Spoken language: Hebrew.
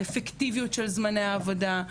אפקטיביות של זמני עבודה,